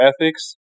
ethics